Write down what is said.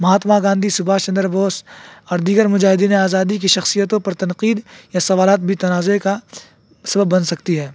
مہاتما گاندھی سبھاش چندر بوس اور دیگر مجاہدین آزادی کی شخصیتوں پر تنقید یا سوالات بھی تنازع کا سبب بن سکتی ہے